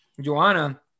joanna